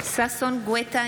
ששון ששי גואטה,